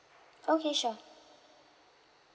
okay sure